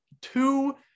two